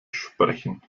sprechen